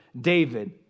David